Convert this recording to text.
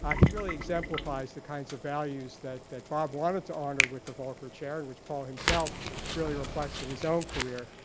ah he really exemplifies the kinds of values that that bob wanted to honor with the volcker chair and which paul himself really reflects in his own career.